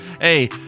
Hey